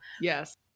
yes